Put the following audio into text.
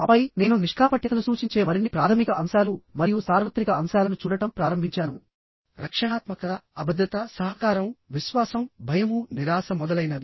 ఆపై నేను నిష్కాపట్యతను సూచించే మరిన్ని ప్రాథమిక అంశాలు మరియు సార్వత్రిక అంశాలను చూడటం ప్రారంభించాను రక్షణాత్మకతఅభద్రత సహకారం విశ్వాసంభయమునిరాశ మొదలైనవి